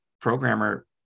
programmer